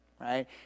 right